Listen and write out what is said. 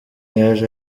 yaje